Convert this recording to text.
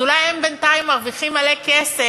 אז אולי הם בינתיים מרוויחים מלא כסף,